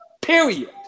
period